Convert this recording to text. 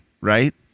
right